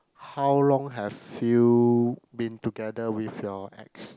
how long have you been together with your ex